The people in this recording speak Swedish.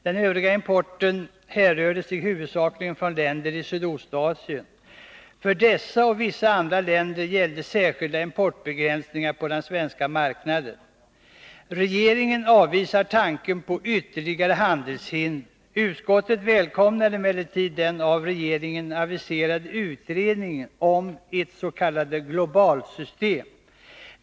Den övriga importen härrörde sig huvudsakligen från länder i Sydostasien. För dessa och vissa andra länder gäller särskilda importbegränsningar på den svenska marknaden. Regeringen avvisar tanken på ytterligare handelshinder. Utskottet välkomnar emellertid den av regeringen aviserade utredningen om ett s.k. globalsystem.